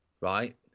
Right